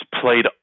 played